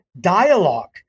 dialogue